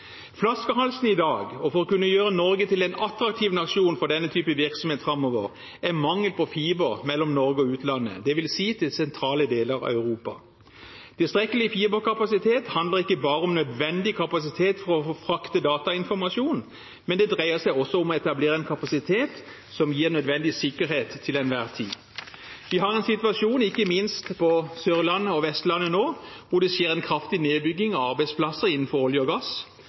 Flaskehalsen i dag for å kunne gjøre Norge til en attraktiv nasjon for denne type virksomhet framover er mangelen på fiber mellom Norge og utlandet, dvs. til sentrale deler av Europa. Tilstrekkelig fiberkapasitet handler ikke bare om nødvendig kapasitet for å frakte datainformasjon, det dreier seg også om å etablere en kapasitet som gir nødvendig sikkerhet til enhver tid. Vi har en situasjon ikke minst på Sørlandet og Vestlandet nå hvor det skjer en kraftig nedbygging av arbeidsplasser innenfor olje og gass.